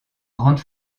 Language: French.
grandes